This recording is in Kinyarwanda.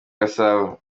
gasabo